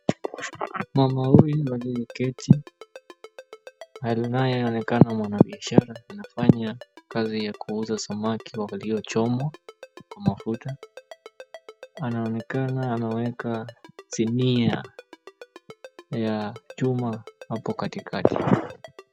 Mama huyu aliyeketi, anayeonekana mwanabiashara. Anafanya kazi ya kuuza samaki waliochomwa kwa mafuta, anaonekana anaweka sinia ya chuma hapo katikati.